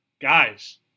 Guys